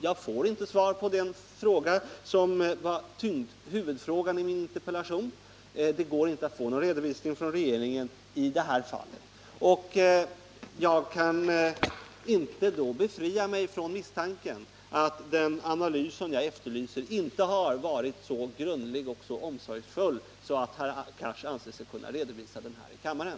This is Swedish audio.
Jag får inte svar på huvudfrågan i min interpellation. Det går inte att få någon redovisning från regeringen i det här fallet. Jag kan då inte befria mig från misstanken att den analys som jag efterlyser inte har varit så omsorgsfull och grundlig att herr Cars anser sig kunna redovisa den här i kammaren.